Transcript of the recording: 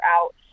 out